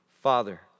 Father